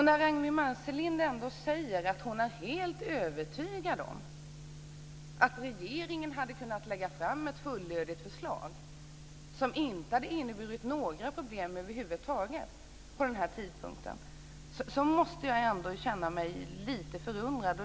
När Ragnwi Marcelind säger att hon är helt övertygad om att regeringen hade kunnat lägga fram ett fullödigt förslag som inte hade inneburit några problem över huvud taget vid denna tidpunkt måste jag ändå få känna mig lite förundrad.